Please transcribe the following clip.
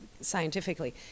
scientifically